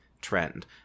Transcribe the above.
trend